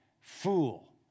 fool